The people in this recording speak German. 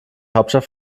hauptstadt